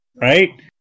right